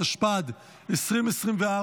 התשפ"ד 2024,